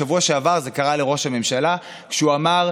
בשבוע שעבר זה קרה לראש הממשלה כשהוא אמר: